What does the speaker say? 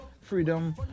Freedom